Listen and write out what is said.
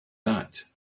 that